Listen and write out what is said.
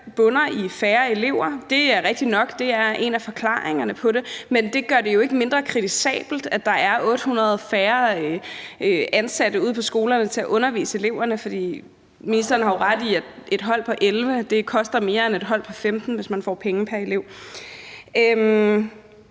bunder i færre elever. Det er rigtigt nok, at det er en af forklaringerne på det, men det gør det jo ikke mindre kritisabelt, at der er 800 færre ansatte ude på skolerne til at undervise eleverne. Ministeren har jo ret i, at et hold på 11 elever koster mere end et hold på 15, hvis man får penge pr. elev.